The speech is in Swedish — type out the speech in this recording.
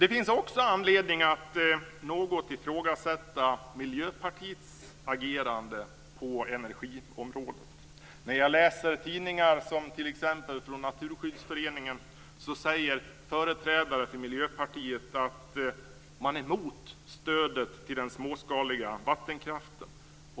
Det finns vidare anledning att något ifrågasätta Miljöpartiets agerande på energiområdet. I Naturskyddsföreningens tidning säger t.ex. företrädare för Miljöpartiet att man är emot stödet till den småskaliga vattenkraften.